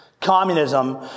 Communism